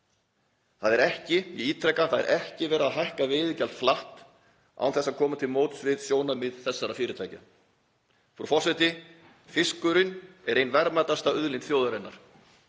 verulega. Ég ítreka að það er ekki verið að hækka veiðigjald flatt án þess að koma til móts við sjónarmið þessara fyrirtækja. Frú forseti. Fiskurinn er ein verðmætasta auðlind þjóðarinnar.